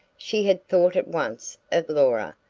she had thought at once of laura,